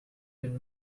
been